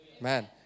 Man